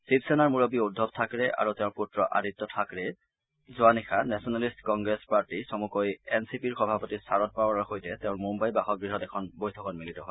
শিৱসেনাৰ মুৰববী উদ্ধৱ থাকৰে আৰু তেওঁৰ পুত্ৰ আদিত্য থাকৰে যোৱা নিশা নেচনেলিষ্ট কংগ্ৰেছ পাৰ্টী চমুকৈ এনচিপিৰ সভাপতি শাৰদ পাৱাৰৰ সৈতে তেওঁৰ মুঘাইৰ বাসগৃহত এখন বৈঠকত মিলিত হয়